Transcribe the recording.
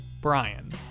Brian